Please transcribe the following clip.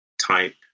type